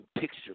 picture